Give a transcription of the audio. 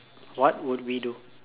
what would we do